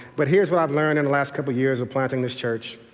but here's what i've learned in the last couple of years of planting this church.